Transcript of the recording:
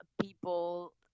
people